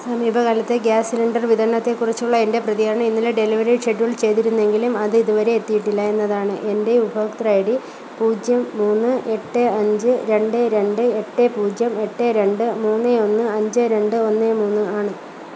സമീപകാലത്തെ gas cylinder വിതരണത്തേക്കുറിച്ചുള്ള എന്റെ പ്രതികരണം ഇന്നലെ ഡെലിവറി ഷെഡ്യൂൾ ചെയ്തിരുന്നെങ്കിലും അത് ഇതുവരെ എത്തിയിട്ടില്ല എന്നതാണ് എന്റെ ഉപഭോക്തൃ ഐ ഡി പൂജ്യം മൂന്ന് എട്ട് അഞ്ച് രണ്ട് രണ്ട് എട്ട് പൂജ്യം എട്ട് രണ്ട് മൂന്ന് ഒന്ന് അഞ്ച് രണ്ട് ഒന്ന് മൂന്ന് ആണ്